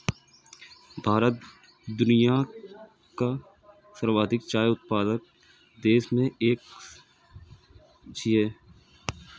भारत दुनियाक सर्वाधिक चाय उत्पादक देश मे सं एक छियै